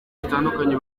zitandukanye